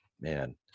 man